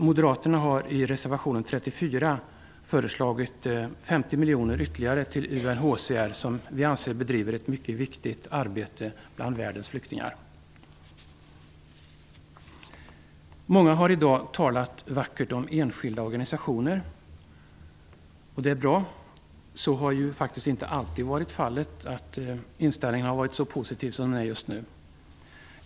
Moderaterna har i reservation 34 föreslagit 50 miljoner ytterligare till UNHCR, som vi anser bedriver en viktig verksamhet bland världens flyktingar. Många har i dag talat vackert om enskilda organisationer. Det är bra. Inställningen har inte alltid varit så positiv som just nu.